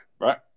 right